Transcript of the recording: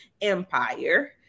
empire